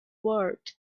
world